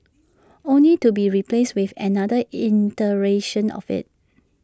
only to be replaced with another iteration of IT